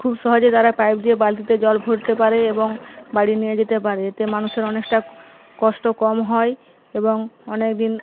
খুব সহজে তারা পাইপ দিয়ে বালতিতে জল ভরতে পারে এবং বাড়ি নিয়ে যেতে পারে এতে মানুষের অনেকটা কষ্ট কম হয় এবং অনেকদিন